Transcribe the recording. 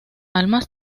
almas